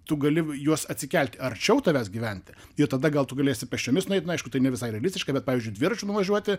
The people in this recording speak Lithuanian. tu gali juos atsikelti arčiau tavęs gyventi ir tada gal tu galėsi pėsčiomis nueit nu aišku tai ne visai realistiška bet pavyzdžiui dviračiu nuvažiuoti